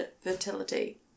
fertility